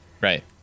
Right